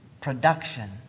production